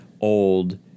old